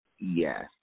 Yes